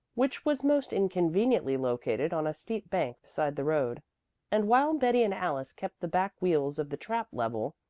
which was most inconveniently located on a steep bank beside the road and while betty and alice kept the back wheels of the trap level,